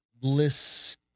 Bliss